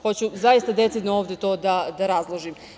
Hoću zaista decidno to ovde da razložim.